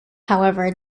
however